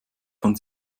von